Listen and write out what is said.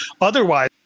Otherwise